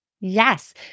Yes